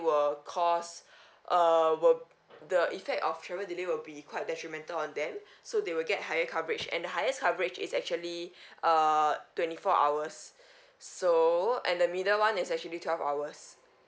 will because err will the effect of travel delay will be quite detrimental on them so they will get higher coverage and the highest coverage is actually err twenty four hours so and the middle [one] is actually twelve hours